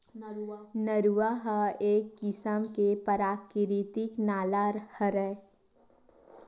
नरूवा ह एक किसम के पराकिरितिक नाला हरय